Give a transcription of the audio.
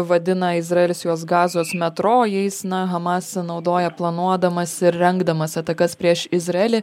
vadina izraelis juos gazos metro jais na hamas naudoja planuodamas ir rengdamas atakas prieš izraelį